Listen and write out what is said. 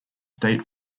date